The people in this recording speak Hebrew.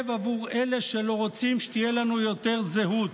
עבור אלה שלא רוצים שתהיה לנו יותר זהות.